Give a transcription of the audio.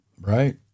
Right